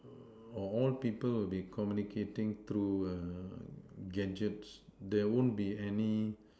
or all people will be communicating through err gadgets there won't be any